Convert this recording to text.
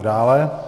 Dále.